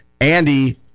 Andy